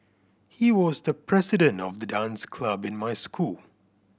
he was the president of the dance club in my school